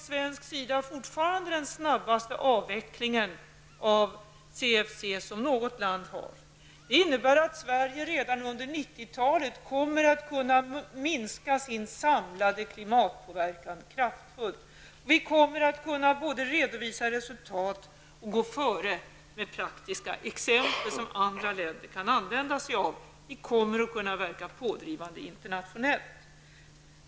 Sverige har fortfarande den snabbaste avvecklingen av CFC. Det innebär att Sverige redan under 1990-talet kraftigt kommer att kunna minska sin samlade klimatpåverkan. Vi kommer att kunna både redovisa resultat och gå före med praktiska exempel, som andra länder kan använda sig av. Vi kommer också att kunna verka pådrivande internationellt.